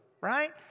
right